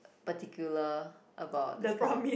particular about this kind of